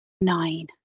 Nine